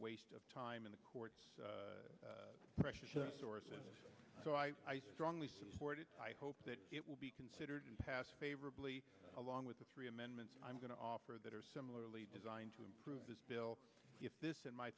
waste of time in the courts sources so i strongly support it i hope that it will be considered passed favorably along with the three amendments i'm going to offer that are similarly designed to improve this bill if this and my